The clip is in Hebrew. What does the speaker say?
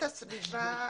אותו אדם.